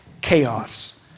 chaos